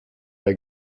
der